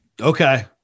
Okay